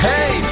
Hey